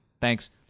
Thanks